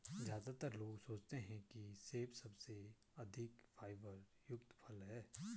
ज्यादातर लोग सोचते हैं कि सेब सबसे अधिक फाइबर युक्त फल है